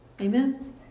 Amen